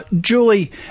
Julie